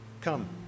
come